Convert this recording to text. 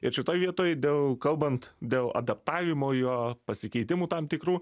ir šitoj vietoj dėl kalbant dėl adaptavimo jo pasikeitimų tam tikrų